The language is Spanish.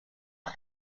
has